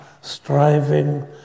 striving